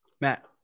Matt